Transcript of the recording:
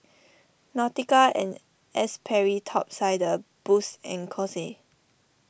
Nautica and Sperry Top Sider Boost and Kose